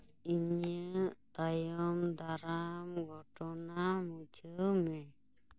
ᱤᱧᱟᱹᱜ ᱛᱟᱭᱚᱢ ᱫᱟᱨᱟᱢ ᱜᱷᱚᱴᱚᱱᱟ ᱢᱩᱪᱷᱟᱹᱣ ᱢᱮ